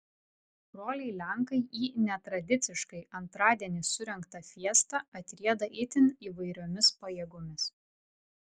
broliai lenkai į netradiciškai antradienį surengtą fiestą atrieda itin įvairiomis pajėgomis